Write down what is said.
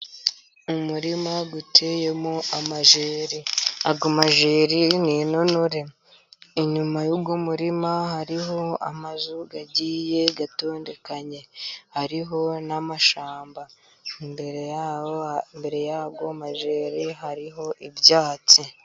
Umurima uteyemo amajeri, ayo majeri ni intonore. Inyuma y'uwo murima hariho amazu agiye atondekanye, hariho n'amashyamba. Imbere y'ayo majeri hariho ibyatsi.